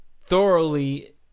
thoroughly